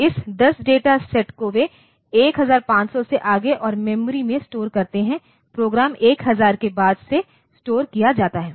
इस 10 data set को वे 1500 से आगे और मेमोरी में स्टोर करते हैं प्रोग्राम 1000 के बाद से स्टोर किया जाता है